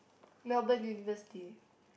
Melbourne university